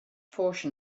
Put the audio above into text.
portion